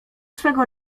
swego